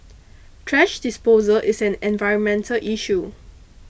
thrash disposal is an environmental issue